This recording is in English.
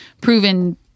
proven